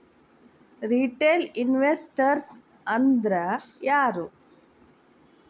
Retail investors ಅಂದ್ರಾ ಯಾರು?